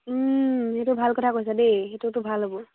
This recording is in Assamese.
সেইটো ভাল কথা কৈছে দেই সেইটো ভাল হ'ব